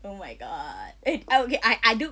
oh my god eh okay I I do